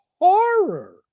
horror